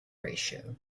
ratio